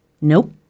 Nope